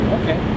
okay